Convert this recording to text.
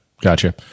gotcha